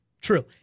True